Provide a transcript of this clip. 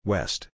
West